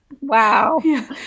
Wow